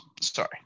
sorry